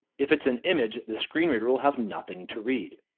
if it's an image, the screen reader will have nothing to read.